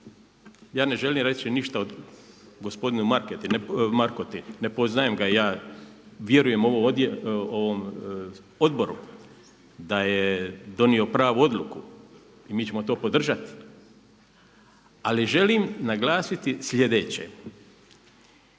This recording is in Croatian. ja ne želim reći ništa o gospodinu Markoti, ne poznajem ga ja, vjerujem odboru da je donio pravu odluku i mi ćemo to podržati, ali želim naglasiti sljedeće,